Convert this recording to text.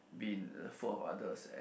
been full of others and